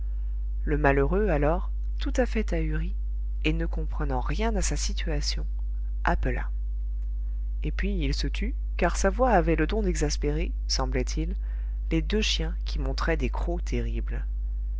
le malheureux alors tout à fait ahuri et ne comprenant rien à sa situation appela et puis il se tut car sa voix avait le don d'exaspérer semblait-il les deux chiens qui montraient des crocs terribles